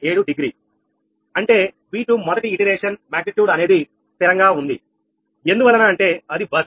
807 degree అంటే V2 మొదటి iteration అనేది స్థిరంగా ఉంది ఎందువలన అంటే అది బస్సు